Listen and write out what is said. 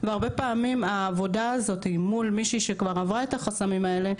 הרבה פעמים העבודה הזאת מול מישהי שכבר עברה את החסמים האלה,